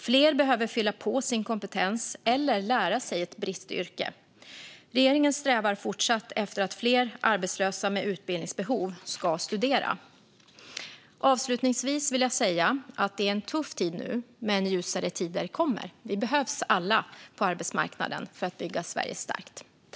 Fler behöver fylla på sin kompetens eller lära sig ett bristyrke. Regeringen fortsätter att sträva efter att fler arbetslösa med utbildningsbehov ska studera. Avslutningsvis vill jag säga att det är en tuff tid nu, men ljusare tider kommer. Vi behövs alla på arbetsmarknaden för att bygga Sverige starkt.